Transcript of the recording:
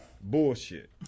bullshit